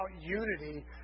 unity